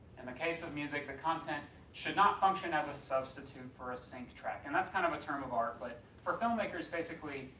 in the case of music, the content should not function as a substitute for a synch track. and that's kind of a term of art but for filmmakers it's basically,